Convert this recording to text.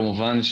כמובן,